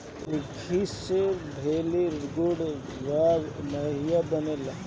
ऊखी से भेली, गुड़, राब, माहिया बनेला